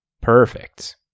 Perfect